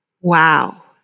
Wow